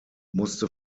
musste